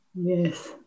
Yes